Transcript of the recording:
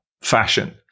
fashion